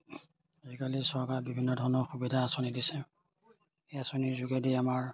আজিকালি চৰকাৰে বিভিন্ন ধৰণৰ সুবিধা আঁচনি দিছে এই আঁচনিৰ যোগেদি আমাৰ